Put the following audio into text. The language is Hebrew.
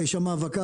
יש שם האבקה.